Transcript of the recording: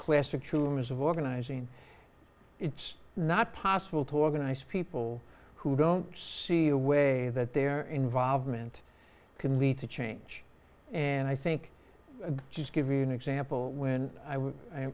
classic humans of organizing it's not possible to organize people who don't see a way that their involvement can lead to change and i think just give you an example